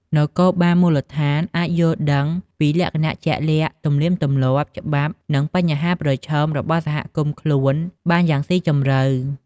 នគរបាលមូលដ្ឋានអាចយល់ដឹងពីលក្ខណៈជាក់លាក់ ទំនៀមទម្លាប់ ច្បាប់ និងបញ្ហាប្រឈមរបស់សហគមន៍ខ្លួនបានយ៉ាងស៊ីជម្រៅ។